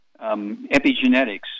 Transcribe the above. Epigenetics